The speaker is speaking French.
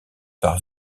par